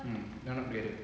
mm dorang okay